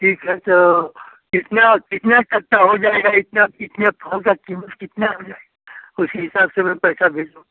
ठीक है तो कितना कितना सस्ता हो जाएगा इतना इतने फल का कीमत कितना हो जाए उसी हिसाब से मैं पैसा भिजवा